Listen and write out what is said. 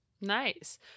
Nice